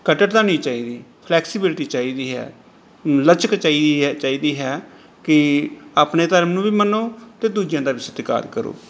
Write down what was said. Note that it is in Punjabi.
ਕੱਟੜਤਾ ਨਹੀਂ ਚਾਹੀਦੀ ਫਲੈਕਸੀਬਿਲਿਟੀ ਚਾਹੀਦੀ ਹੈ ਲਚਕ ਚਾਈਹੀ ਹੈ ਚਾਹੀਦੀ ਹੈ ਕਿ ਆਪਣੇ ਧਰਮ ਨੂੰ ਵੀ ਮੰਨੋ ਅਤੇ ਦੂਜਿਆਂ ਦਾ ਵੀ ਸਤਿਕਾਰ ਕਰੋ